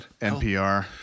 NPR